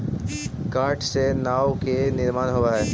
काठ से नाव के निर्माण होवऽ हई